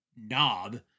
knob